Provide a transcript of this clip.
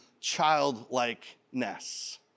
childlikeness